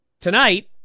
Tonight